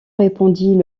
répondit